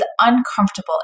uncomfortable